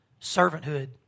Servanthood